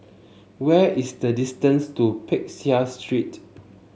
where is the distance to Peck Seah Street